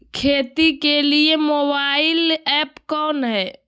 खेती के लिए मोबाइल ऐप कौन है?